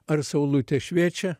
ar saulutė šviečia